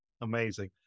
Amazing